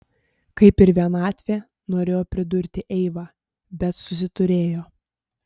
kaip ir vienatvė norėjo pridurti eiva bet susiturėjo